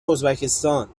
ازبکستان